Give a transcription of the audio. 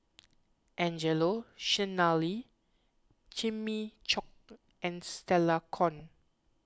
Angelo Sanelli Jimmy Chok and Stella Kon